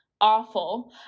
awful